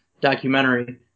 documentary